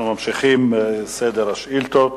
אנחנו ממשיכים בסדר השאילתות.